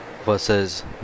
Versus